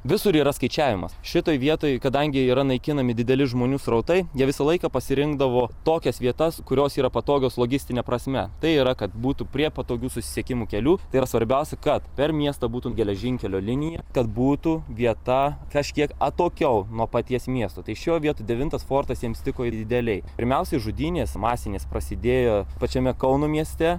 visur yra skaičiavimas šitoje vietoj kadangi yra naikinami dideli žmonių srautai jie visą laiką pasirinkdavo tokias vietas kurios yra patogios logistine prasme tai yra kad būtų prie patogių susisiekimo kelių ir svarbiausia kad per miestą būtų geležinkelio linija kad būtų vieta kažkiek atokiau nuo paties miesto tai šioj vietų devintas fortas jiems tiko idealiai pirmiausiai žudynės masinės prasidėjo pačiame kauno mieste